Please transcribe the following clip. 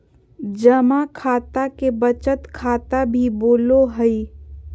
जमा खाता के बचत खाता भी बोलो हइ